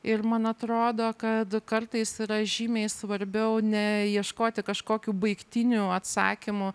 ir man atrodo kad kartais yra žymiai svarbiau ne ieškoti kažkokių baigtinių atsakymų